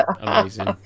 Amazing